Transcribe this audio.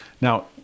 Now